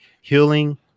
healing